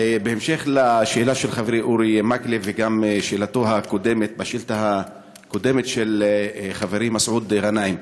בהמשך לשאלה של חברי אורי מקלב וגם השאילתה הקודמת של חברי מסעוד גנאים: